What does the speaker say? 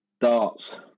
darts